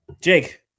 Jake